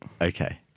Okay